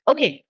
Okay